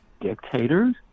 dictators